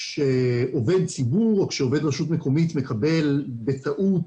כשעובד ציבור או כשעובד רשות מקומית מקבל בטעות